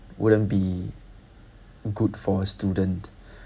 wouldn't be good for a student